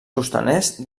costaners